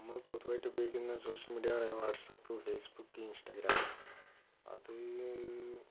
ഞമ്മൾ പൊതുവായിട്ടുപയോഗിക്കുന്ന social media എന്ന് പറഞ്ഞാൽ വാട്സാപ്പ് ഫേസ്ബുക്ക് ഇൻസ്റ്റാഗ്രാം അത്